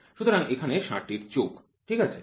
সুতরাং এখানে ষাঁড়টির চোখ ঠিক আছে